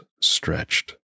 stretched